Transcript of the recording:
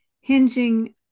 hinging